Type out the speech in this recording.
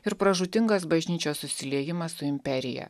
ir pražūtingas bažnyčios susiliejimas su imperija